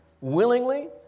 willingly